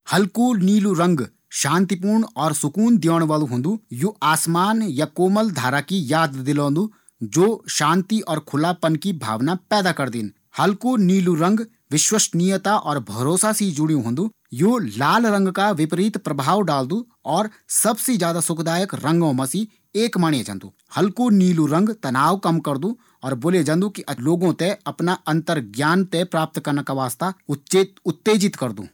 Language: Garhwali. हल्कू नीलू रंग शांतिपूर्ण और सुकून देंण वालू होंदू। यू आसमान या कोमल धारा की याद दिलोंदू। जू शांति और खुलापन की भावना पैदा करदिन। यू विश्वासनियता और भरोसा से जुड़ियूँ होंदू। यू लाल रंग का विपरीत प्रभाव डालदू। और सबसे ज्यादा सुखदायक रंगों मा से एक माणे जांदू। यू तनाव कम करदू। और बोले जांदू यू लोगों थें अंतर्ग्यान प्राप्त करना का वास्ता उत्तेजित करदू।